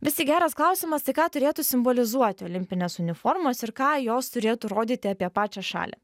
vistik geras klausimas tai ką turėtų simbolizuoti olimpinės uniformos ir ką jos turėtų rodyti apie pačią šalį